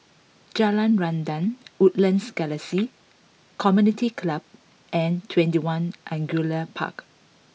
Jalan Rendang Woodlands Galaxy Community Club and Twenty One Angullia Park